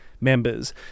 members